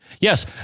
yes